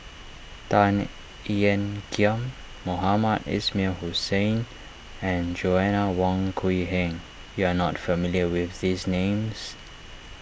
Tan Ean Kiam Mohamed Ismail Hussain and Joanna Wong Quee Heng you are not familiar with these names